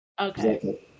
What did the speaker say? Okay